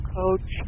coach